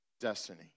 destiny